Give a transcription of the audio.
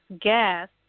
guest